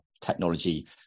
technology